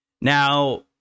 Now